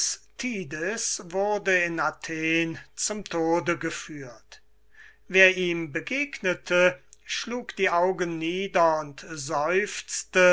wurde in athen zum tode geführt wer ihm begegnete schlug die augen nieder und